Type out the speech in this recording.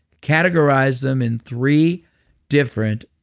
categorize them in three different